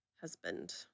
husband